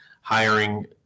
hiring